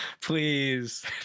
please